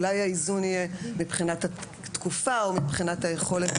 אולי האיזון יהיה מבחינת התקופה או מבחינת היכולת,